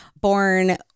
born